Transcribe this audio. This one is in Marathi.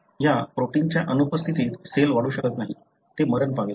या प्रोटीनच्या अनुपस्थितीत सेल वाढू शकत नाही ते मरण पावेल